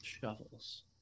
Shovels